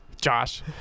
Josh